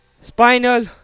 spinal